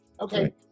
Okay